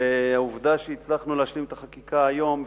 והעובדה שהצלחנו להשלים את החקיקה היום,